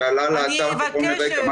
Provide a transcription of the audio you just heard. שעלה לאתר כחומר רקע,